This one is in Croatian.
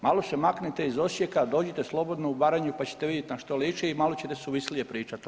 Malo se maknite iz Osijeka, dođite slobodno u Baranju pa ćete vidjeti na što liči i malo ćete suvislije pričati onda.